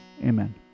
Amen